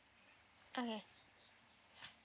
okay